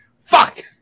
Fuck